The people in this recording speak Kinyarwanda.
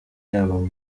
yabo